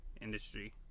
industry